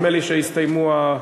נדמה לי שהסתיימו החיבוקים.